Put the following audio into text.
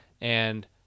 And-